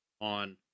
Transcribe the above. on